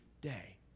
day